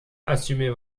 assumez